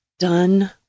done